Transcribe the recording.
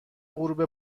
غروب